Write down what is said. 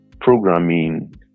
programming